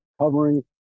covering